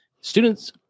Students